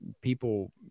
people